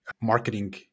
marketing